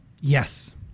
Yes